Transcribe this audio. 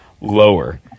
lower